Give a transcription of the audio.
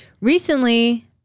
recently